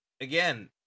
again